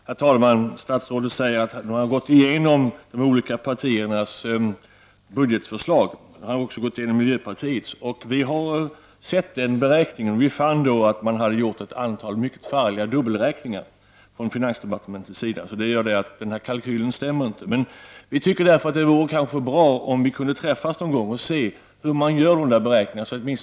Herr talman! Statsrådet säger att han har gått igenom de olika partiernas budgetförslag, också miljöpartiets. Vi har studerat denna genomgång och funnit att man inom finansdepartementet har gjort ett antal mycket förargliga dubbelräkningar. Det gör att kalkylen inte stämmer. Vi tycker därför att det vore bra om vi kunde få till stånd ett sammanträffande någon gång för att se hur dessa beräkningar görs.